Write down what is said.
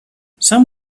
some